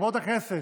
חברות הכנסת,